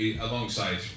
alongside